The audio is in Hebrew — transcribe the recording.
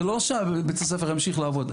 זה לא שבית הספר ימשיך לעבוד,